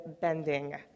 bending